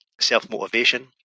self-motivation